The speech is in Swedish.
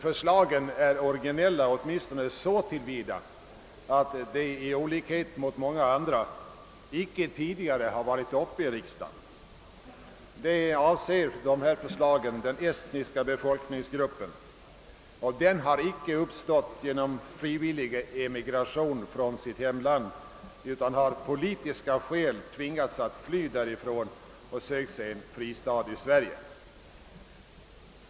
Förslagen är originella åtminstone så till vida att de i olikhet mot många andra icke tidigare har varit uppe i riksdagen. De avser den estniska befolkningsgruppen. Den har icke uppstått genom frivillig emigration från sitt hemland, utan den har av politiska skäl tvingats att fly därifrån och söka sig en fristad i Sverige.